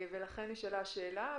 לכן נשאלה השאלה.